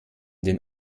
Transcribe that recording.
den